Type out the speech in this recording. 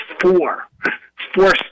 four—four